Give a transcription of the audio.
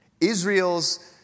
Israel's